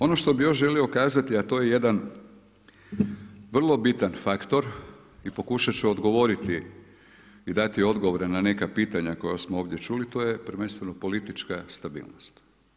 Ono što bi još želio kazati, a to je jedan vrlo bitan faktor i pokušati ću odgovoriti i dati odgovore na neka pitanja, koja smo ovdje čuli, to je prvenstveno politička stabilnost.